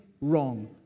wrong